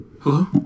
hello